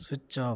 switch off